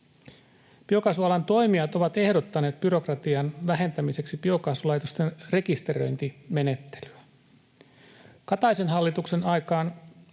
Biokaasualan toimijat ovat ehdottaneet byrokratian vähentämiseksi biokaasulaitosten rekisteröintimenettelyä. Kataisen hallituksen aikaan